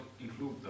include